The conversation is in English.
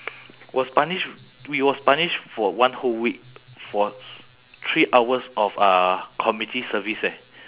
was punish we was punish for one whole week for three hours of uh community service eh